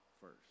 first